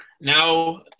Now